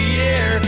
year